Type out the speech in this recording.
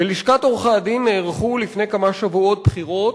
בלשכת עורכי-הדין נערכו לפני כמה שבועות בחירות,